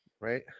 right